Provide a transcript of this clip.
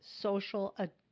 social